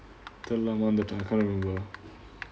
தெரிலமா:terilamaa I can't remember